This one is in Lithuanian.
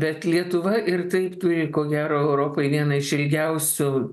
bet lietuva ir taip turi ko gero europoj vieną iš ilgiausių